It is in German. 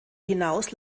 hinaus